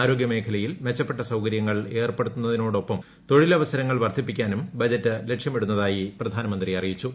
ആരോഗൃ മേഖലയിൽ മെച്ചപ്പെട്ട സൌകര്യങ്ങൾ ഏർപ്പെടുത്തുന്നതിനോടൊപ്പം തൊഴിൽ അവസരങ്ങൾ വർദ്ധിപ്പിക്കാനും ബജറ്റ് ലക്ഷ്യമിടുന്നതായി പ്രധാനമന്ത്രി അറിയിച്ചു